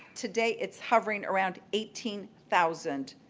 to date, it's hovering around eighteen thousand.